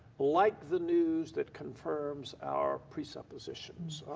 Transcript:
like the news that confirms our presuppositions.